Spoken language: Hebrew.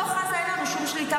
בתוך עזה אין לנו שום שליטה,